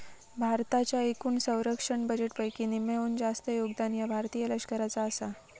भारताच्या एकूण संरक्षण बजेटपैकी निम्म्याहून जास्त योगदान ह्या भारतीय लष्कराचा आसा